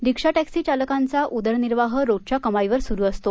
रिक्षा taxi चालकांचा उदरनिर्वाह रोजच्या कमाईवर सुरू असतो